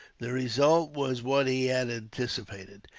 the result was what he had anticipated.